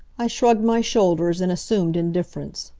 i shrugged my shoulders in assumed indifference.